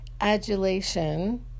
adulation